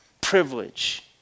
privilege